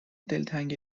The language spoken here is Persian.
دلتنگ